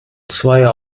zweier